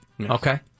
okay